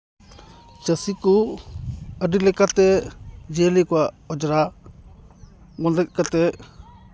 ᱪᱟᱹᱥᱤ ᱠᱚ ᱟᱹᱰᱤ ᱞᱮᱠᱟᱛᱮ ᱡᱤᱭᱟᱹᱞᱤ ᱠᱚᱣᱟᱜ ᱚᱡᱽᱨᱟ ᱵᱚᱱᱫᱮᱡᱽ ᱠᱟᱛᱮ